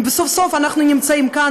וסוף-סוף אנחנו נמצאים כאן,